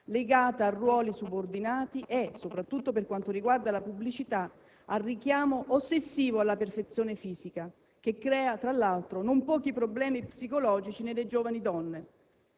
legata a ruoli subordinati e, soprattutto per quanto riguarda la pubblicità, al richiamo ossessivo alla perfezione fisica che crea, tra l'altro, non pochi problemi psicologici nelle giovani donne.